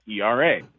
ERA